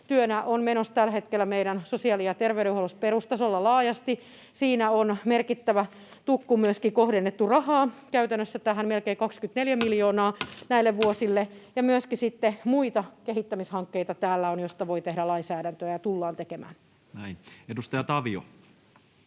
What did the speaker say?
on menossa tällä hetkellä meidän sosiaali- ja terveydenhuollossa perustasolla laajasti. Siinä on käytännössä myöskin kohdennettu merkittävä tukku rahaa tähän, melkein 24 miljoonaa näille vuosille, ja täällä on myöskin muita kehittämishankkeita, joista voi tehdä lainsäädäntöä ja tullaan tekemään. Edustaja Tavio.